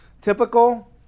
Typical